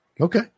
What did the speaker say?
Okay